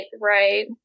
right